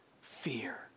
fear